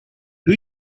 who